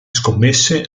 scommesse